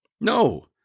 No